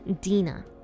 dina